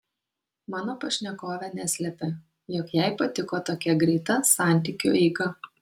mano pašnekovė neslepia jog jai patiko tokia greita santykiu eiga